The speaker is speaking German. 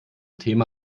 thema